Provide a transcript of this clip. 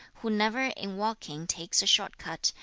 who never in walking takes a short cut,